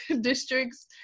districts